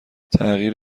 تغییر